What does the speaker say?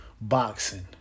boxing